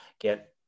get